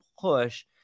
push